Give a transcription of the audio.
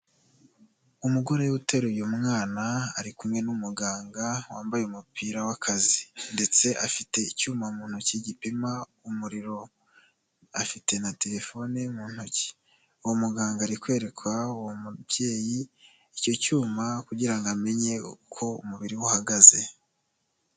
Umugore uteruye umwana ari kumwe n'umuganga wambaye umupira w'akazi, ndetse afite icyuma mu ntoki gipima umuriro, afite na telefone mu ntoki uwo muganga ari kwereka uwo mubyeyi icyo cyuma kugira amenye uko umubiri we uhagaze.